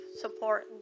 support